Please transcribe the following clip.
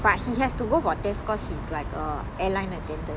but he has to go for test cause he's like err airline attendant